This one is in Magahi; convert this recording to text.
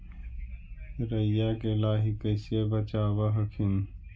राईया के लाहि कैसे बचाब हखिन?